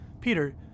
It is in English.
Peter